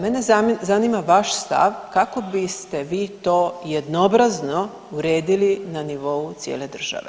Mene zanima vaš stav kako biste vi to jednoobrazno uredili na nivou cijele države.